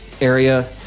area